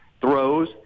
throws